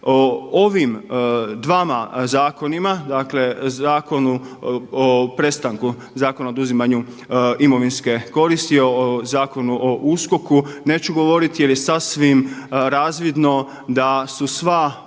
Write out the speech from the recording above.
Ovim dvama zakonima dakle o prestanku Zakona o oduzimanju imovinske koristi, o Zakonu o USKOK-u neću govoriti jer je sasvim razvidno da su sva ova